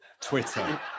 Twitter